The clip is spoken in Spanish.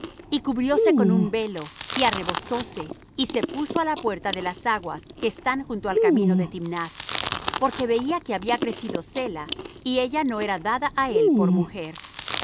y cubrióse con un velo y arrebozóse y se puso á la puerta de las aguas que están junto al camino de timnath porque veía que había crecido sela y ella no era dada á él por mujer